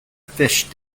fish